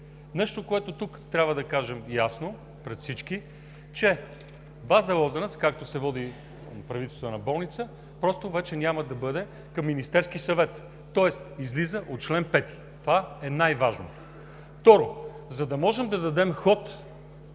Нещото, което трябва да кажем ясно пред всички, е, че база „Лозенец“, както се води Правителствена болница, просто вече няма да бъде към Министерския съвет, тоест излиза от чл. 5 – това е най-важното. Второ, за да можем да дадем ход